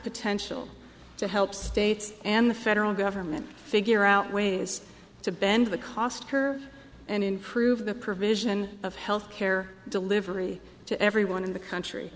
potential to help states and the federal government figure out ways to bend the cost her and improve the provision of health care delivery to everyone in the country